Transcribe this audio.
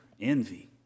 envy